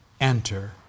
enter